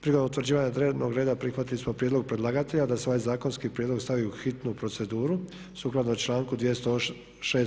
Prilikom utvrđivanja dnevnog reda prihvatili smo prijedlog predlagatelja da se ovaj zakonski prijedlog stavi u hitnu proceduru sukladno članku 206.